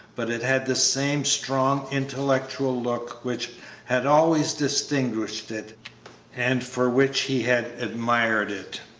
but it had the same strong, intellectual look which had always distinguished it and for which he had admired it.